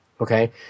okay